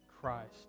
Christ